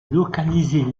localiser